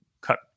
cut